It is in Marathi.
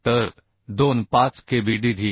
तर 2 5 KB DT